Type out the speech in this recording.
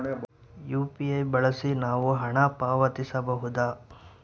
UPI ಬಳಸಿ ನಾವು ಹಣ ಪಾವತಿಸಬಹುದಾ?